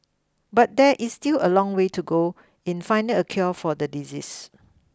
but there is still a long way to go in finding a cure for the disease